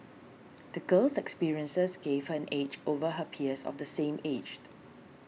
the girl's experiences gave her an edge over her peers of the same aged